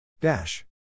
Dash